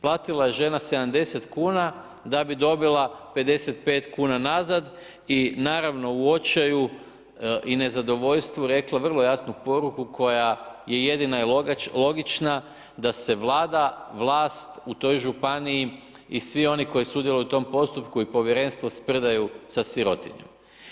Platila je žena 70 kuna da bi dobila 55 kuna nazad i naravno u očaju i nezadovoljstvu rekla vrlo jasnu poruku koja je jedina i logična da se vlada, vlast u toj županiji i svi oni koji sudjeluju u tom postupku i povjerenstvu sprdaju sa sirotinjom.